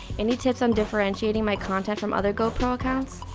any tips on differentiating my content from other gopro accounts?